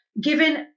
given